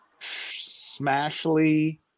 Smashly